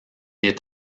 est